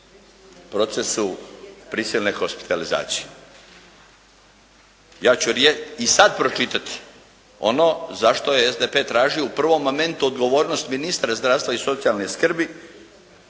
procesu prisilne hospitalizacije. Ja ću i sada pročitati ono zašto je SDP tražio u prvom momentu odgovornost ministra zdravstva i socijalne skrbi,